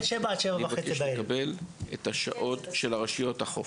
של כל רשויות החוף.